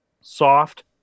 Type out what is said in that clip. Soft